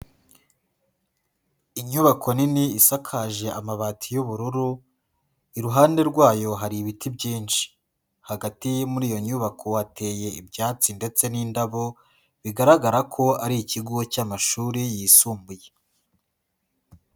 Inyubako nini isakaje amabati y'ubururu, iruhande rwayo hari ibiti byinshi. Hagati muri iyo nyubako hateye ibyatsi ndetse n'indabo, bigaragara ko ari ikigo cy'amashuri yisumbuye.